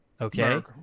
okay